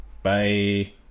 Bye